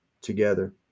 together